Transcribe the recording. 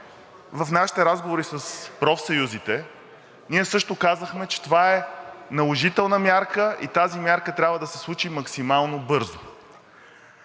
В нашите разговори с профсъюзите ние също казахме, че това е наложителна мярка и тази мярка трябва да се случи максимално бързо.